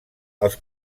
als